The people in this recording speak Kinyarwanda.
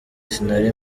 sinari